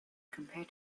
compare